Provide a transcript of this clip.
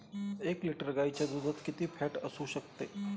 एक लिटर गाईच्या दुधात किती फॅट असू शकते?